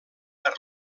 per